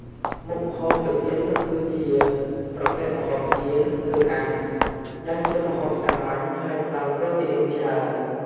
មុខម្ហូបមួយទៀតនោះគឺជា ប្រភេទម្ហូបចៀន ឬអាំង ដែលជាម្ហូបសាមញ្ញហើយផ្តល់ប្រូតេអ៊ីនច្រើន។